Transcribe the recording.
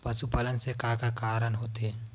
पशुपालन से का का कारण होथे?